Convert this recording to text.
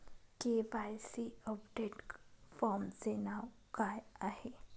KYC update फॉर्मचे नाव काय आहे?